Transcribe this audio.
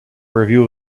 review